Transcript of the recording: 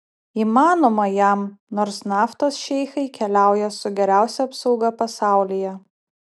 įmanoma jam nors naftos šeichai keliauja su geriausia apsauga pasaulyje